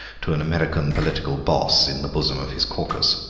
to an american political boss in the bosom of his caucus.